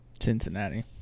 Cincinnati